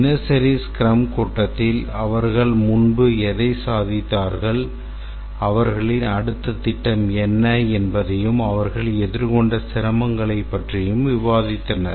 தினசரி ஸ்க்ரம் கூட்டத்தில் அவர்கள் முன்பு எதைச் சாதித்தார்கள் அவர்களின் அடுத்த திட்டம் என்ன என்பதையும் அவர்கள் எதிர்கொண்ட சிரமங்களைப் பற்றியும் விவாதித்தனர்